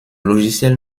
logiciel